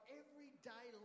everyday